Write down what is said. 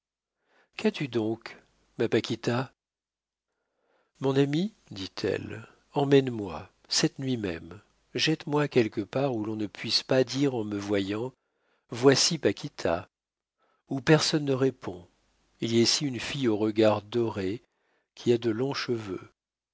qu'as-tu donc ma paquita mon ami dit-elle emmène-moi cette nuit même jette moi quelque part où l'on ne puisse pas dire en me voyant voici paquita où personne ne réponde il y a ici une fille au regard doré qui a de longs cheveux